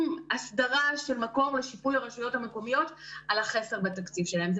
הסדרה של מקור או שיפוי הרשויות המקומיות על החסר בתקציב שלהן.